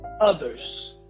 others